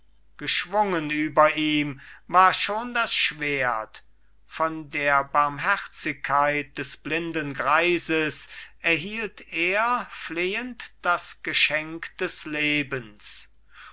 geschwungen über ihm war schon das schwert von der barmherzigkeit des blinden greises erhielt er flehend das geschenk des lebens